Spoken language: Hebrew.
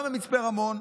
גם במצפה רמון,